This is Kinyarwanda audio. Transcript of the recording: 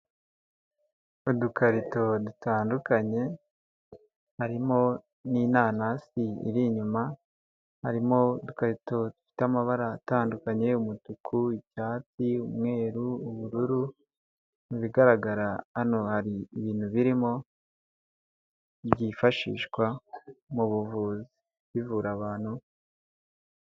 Udukarito dutandukanye, harimo n'inanasi iri inyuma, harimo ukarito dufite amabara atandukanye: umutuku, icyatsi, umweru, ubururu, mu bigaragara hano hari ibintu birimo byifashishwa mu buvuzi bivura abantu.